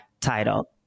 title